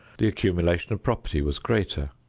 the accumulation of property was greater,